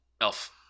Elf